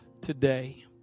today